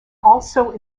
also